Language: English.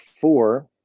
four